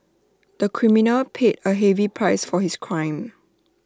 the criminal paid A heavy price for his crime